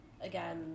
again